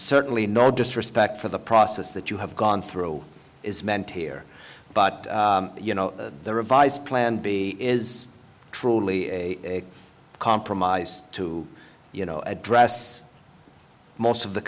certainly no disrespect for the process that you have gone through is meant here but you know the revised plan b is truly a compromise to you know address most of the